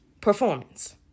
performance